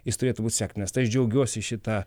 jis turėtų būti sektinas tas džiaugiuosi šita